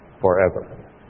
forever